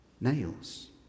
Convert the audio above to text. Nails